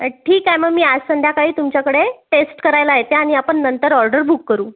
ठीक आहे मग मी आज संध्याकाळी तुमच्याकडे टेस्ट करायला येते आणि आपण नंतर ऑर्डर बुक करू